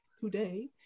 today